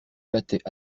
battait